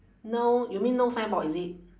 no you mean no signboard is it